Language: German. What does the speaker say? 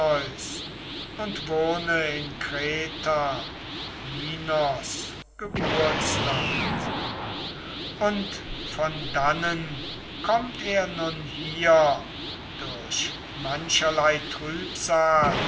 und wohne in kreta minos geburtsland und von dannen komm er nun hier durch mancherlei trübsal